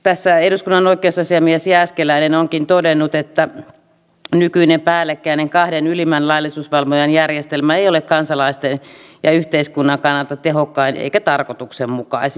tässä eduskunnan oikeusasiamies jääskeläinen onkin todennut että nykyinen päällekkäinen kahden ylimmän laillisuusvalvojan järjestelmä ei ole kansalaisten ja yhteiskunnan kannalta tehokkain eikä tarkoituksenmukaisin